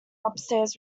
upstairs